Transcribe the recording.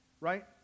right